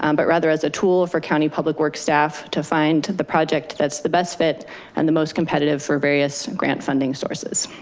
um but rather as a tool for county public works staff to find the project that's the best fit and the most competitive for various grant funding sources.